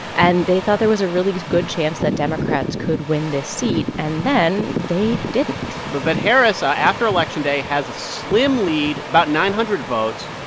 and they thought there was a really good chance that democrats could win this seat. and then they didn't but but harris, ah after election day, has a slim lead about nine hundred votes.